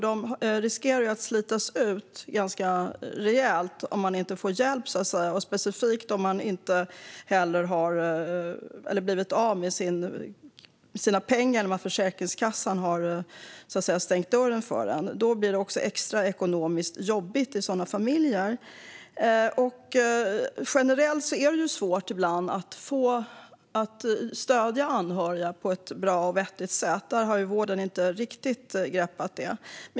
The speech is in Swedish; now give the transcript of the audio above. De riskerar att slitas ut ganska rejält om de inte får hjälp, specifikt om de har blivit av med sina pengar när Försäkringskassan har stängt dörren. Då blir det extra jobbigt ekonomiskt i sådana familjer. Generellt är det svårt att stödja anhöriga på ett bra och vettigt sätt. Det har vården inte riktigt greppat.